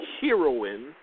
heroine